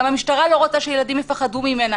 גם המשטרה לא רוצה שילדים יפחדו ממנה,